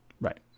Right